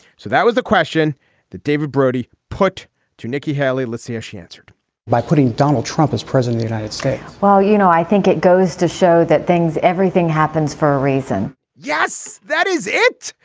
so that was the question that david brody put to nikki haley last year she answered by putting donald trump as president, united states well, you know, i think it goes to show that things everything happens for a reason yes, that is it.